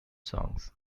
songs